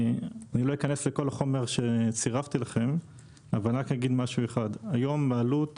לא אכנס לכל החומר שצירפתי לכם אבל אומר היום עלות